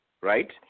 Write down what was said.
right